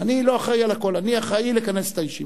הם ביקשו לעשות זאת השבוע